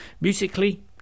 musically